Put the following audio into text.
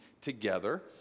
together